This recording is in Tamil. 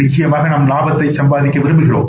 நிச்சயமாக நாம் லாபத்தை சம்பாதிக்க விரும்புகிறோம்